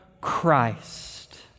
Christ